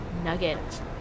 nugget